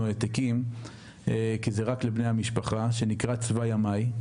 העתקים כי זה רק לבני המשפחה - שנקרא "תוואי ימי",